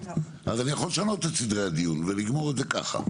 אז אני יכול לשנות את סדרי הדיון ולגמור את זה ככה,